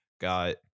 Got